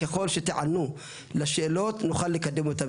ככל שתענו לשאלות, נוכל לקדם אותן.